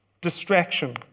distraction